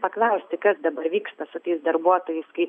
paklausti kas dabar vyksta su tais darbuotojais kai